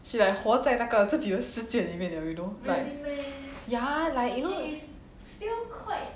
she like 活在自己的世界里面 you know like ya like you know